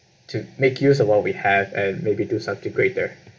to make use of what we have and maybe do something great there